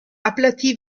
aplatie